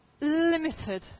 limited